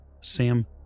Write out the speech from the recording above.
Sam